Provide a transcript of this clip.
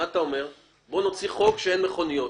חבר'ה, תבינו,